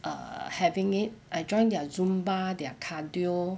err having it I join their zumba their cardio